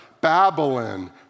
Babylon